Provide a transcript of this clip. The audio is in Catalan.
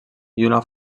una